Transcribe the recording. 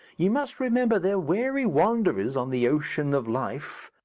you must remember they're weary wanderers on the ocean of life.